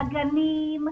לגנים,